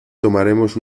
tomaremos